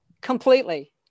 Completely